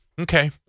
Okay